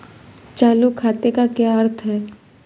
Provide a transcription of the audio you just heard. चालू खाते का क्या अर्थ है?